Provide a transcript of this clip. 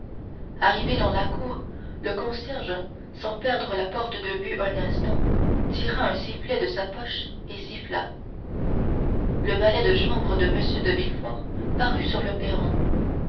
arrivé dans la cour le concierge sans perdre la porte de vue un instant tira un sifflet de sa poche et siffla le valet de chambre de m de villefort parut sur le perron